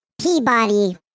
Peabody